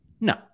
No